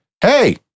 hey